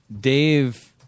Dave